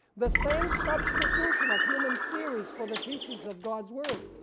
the same substitution of human theories for the teachings of god's word.